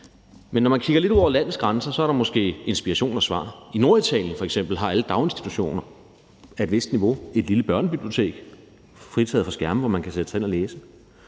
Men når man kigger lidt ud over landets grænser, er der måske inspiration og svar. I Norditalien har f.eks. alle daginstitutioner af et vist niveau et lille børnebibliotek, der er fritaget for skærme, og hvor man kan sætte sig ind og læse.